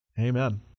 Amen